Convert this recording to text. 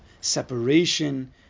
separation